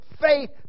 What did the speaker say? faith